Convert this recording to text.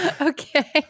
okay